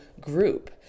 group